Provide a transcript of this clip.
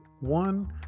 one